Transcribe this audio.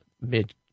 mid